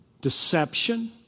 deception